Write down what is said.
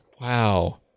Wow